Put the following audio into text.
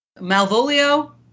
Malvolio